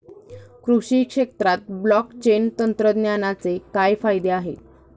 कृषी क्षेत्रात ब्लॉकचेन तंत्रज्ञानाचे काय फायदे आहेत?